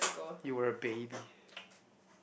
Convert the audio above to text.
you were a baby